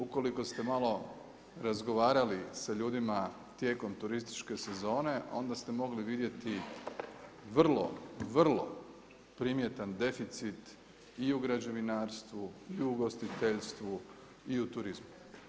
Ukoliko ste malo razgovarali sa ljudima tijekom turističke sezone, onda ste mogli vidjeti vrlo, vrlo primjetan deficit i u građevinarstvu i u ugostiteljstvu i u turizmu.